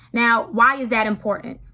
now why is that important?